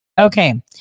okay